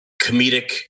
comedic